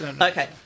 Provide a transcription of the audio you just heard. Okay